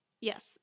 Yes